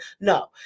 No